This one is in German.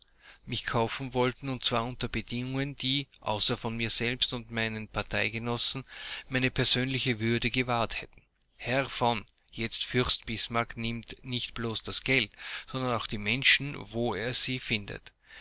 mich kaufen wollten und zwar unter bedingungen die außer vor mir selbst und meinen parteigenossen meine persönliche würde gewahrt hätten herr von jetzt fürst bismarck nimmt nicht bloß das geld sondern auch die menschen wo er sie findet